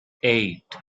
eight